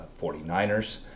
49ers